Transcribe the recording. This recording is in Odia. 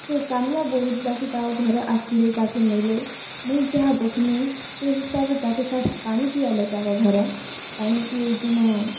ସେ କାନ୍ଦ୍ଲା ବହୁତ୍ ବାକି ତା'ର୍ ଘରେ ଆସ୍ଲେ ତା'କେ ନେଲେ ମୁଇଁ ଯାହା ଦେଖ୍ଲି ସେ ହିସାବେ ତା'କେ ଫାର୍ଷ୍ଟ୍ ପାଣି ପିଆଲେ ତାକଁର୍ ଘରେ ପାଣି ପିଏଇକିନା